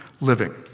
living